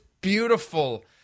beautiful